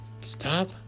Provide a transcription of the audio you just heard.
stop